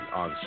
on